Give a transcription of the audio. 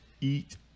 eat